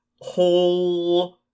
whole